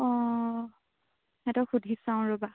অঁ সিহঁতক সুধি চাওঁ ৰ'বা